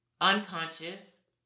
Unconscious